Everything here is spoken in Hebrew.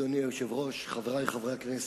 אדוני היושב-ראש, חברי חברי הכנסת,